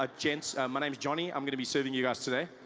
ah gents. my name is johnny, i am going to be serving you guys today.